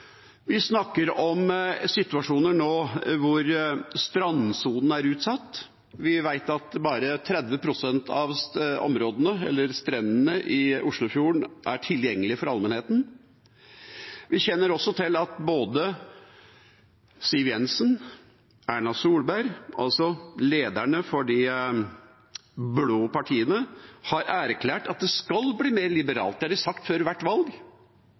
Vi snakker om situasjoner hvor strandsonen nå er utsatt. Vi vet at bare 30 pst. av strendene i Oslofjorden er tilgjengelig for allmennheten. Vi kjenner også til at både Siv Jensen og Erna Solberg, altså lederne for de blå partiene, har erklært at det skal bli mer liberalt. Det har de sagt før